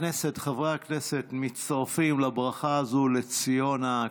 הכנסת וחברי הכנסת מצטרפים לברכה הזאת לציונה.